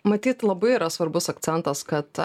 matyt labai yra svarbus akcentas kad